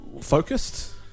Focused